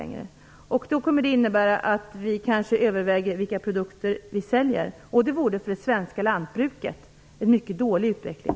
Det kommer kanske att innebära att man överväger vilka produkter man säljer. Det vore för det svenska lantbruket en mycket dålig utveckling.